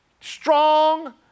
strong